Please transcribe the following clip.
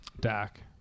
Dak